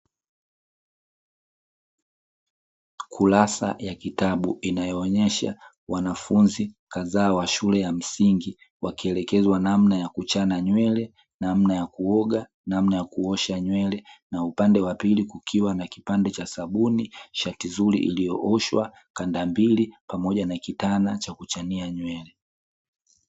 Kurasa ya kitabu inayoonesha wanafunzi kadhaa wa shule ya msingi, wakielekeza namna ya kuchana nywele, namna ya kuoga, namna ya kuosha nywele; na upande wa pili kukiwa na kipande cha sabuni, shati zuri iliyooshwa, kandambili pamoja na kitana cha kuchania nywele.